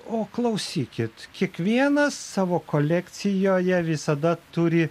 o klausykit kiekvienas savo kolekcijoje visada turi